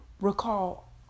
recall